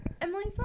Emily's